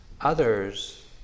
others